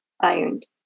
ironed